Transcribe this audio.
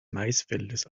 maisfeldes